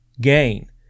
gain